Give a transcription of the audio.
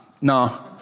no